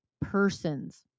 persons